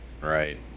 Right